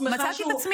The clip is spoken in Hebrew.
אדוני הנשיא,